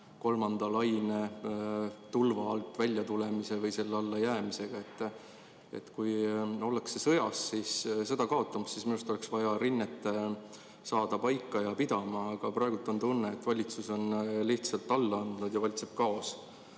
kolmanda laine tulva alt väljatulemise või selle alla jäämisega. Kui ollakse sõjas ja seda kaotamas, siis minu arust oleks vaja rinne saada pidama, aga praegu on tunne, et valitsus on lihtsalt alla andnud ja valitseb kaos.